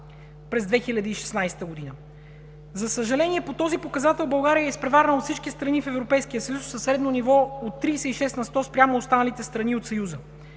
през 2016 г. За съжаление, по този показател България е изпреварена от всички страни в Европейския съюз със средно ниво от 36 на сто спрямо останалите страни от Съюза.